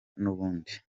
n’ubundi